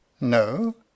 no